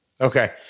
Okay